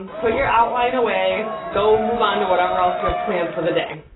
put your outline away. go move on to whatever else you have planned for the day.